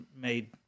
made